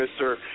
Mr